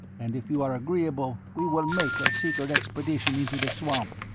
and if you are agreeable we will make a secret expedition into the swamp,